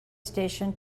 station